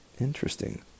Interesting